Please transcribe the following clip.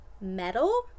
metal